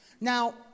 Now